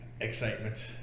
excitement